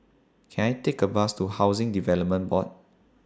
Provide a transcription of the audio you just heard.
Can I Take A Bus to Housing Development Board